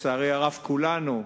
לצערי הרב, כולנו,